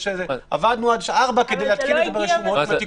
עבדנו עד ארבע כדי להתקין את זה ברשומות.